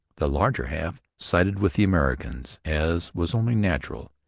the larger half sided with the americans, as was only natural,